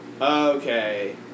okay